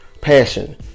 passion